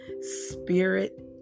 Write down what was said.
spirit